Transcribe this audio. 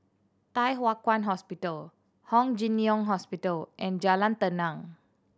Thye Hua Kwan Hospital Hong Jim Jiong Hospital and Jalan Tenang